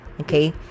okay